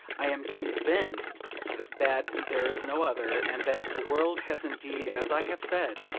i am convinced that there is no other, and that if the world has indeed, as i have said,